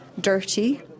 dirty